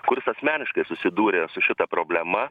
kuris asmeniškai susidūrė su šita problema